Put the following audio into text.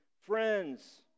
friends